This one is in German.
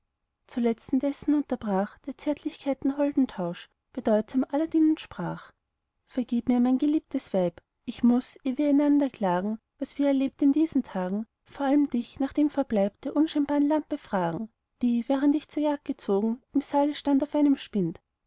zuletzt indessen unterbrach der zärtlichkeiten holden tausch bedeutsam aladdin und sprach vergib mir mein geliebtes weib ich muß eh wir einander klagen was wir erlebt in diesen tagen vor allem dich nach dem verbleib der unscheinbaren lampe fragen die während ich zur jagd gezogen im saale stand auf einem spind